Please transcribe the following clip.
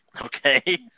Okay